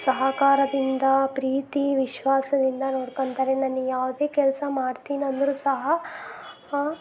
ಸಹಕಾರದಿಂದ ಪ್ರೀತಿ ವಿಶ್ವಾಸದಿಂದ ನೋಡ್ಕೊಳ್ತಾರೆ ನನಗೆ ಯಾವುದೂ ಕೆಲಸ ಮಾಡ್ತೀನಿ ಅಂದರೂ ಸಹ